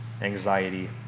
anxiety